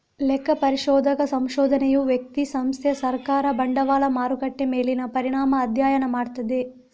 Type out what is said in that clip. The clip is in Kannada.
ಲೆಕ್ಕ ಪರಿಶೋಧಕ ಸಂಶೋಧನೆಯು ವ್ಯಕ್ತಿ, ಸಂಸ್ಥೆ, ಸರ್ಕಾರ, ಬಂಡವಾಳ ಮಾರುಕಟ್ಟೆ ಮೇಲಿನ ಪರಿಣಾಮ ಅಧ್ಯಯನ ಮಾಡ್ತದೆ